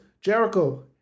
Jericho